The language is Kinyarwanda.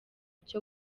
cyo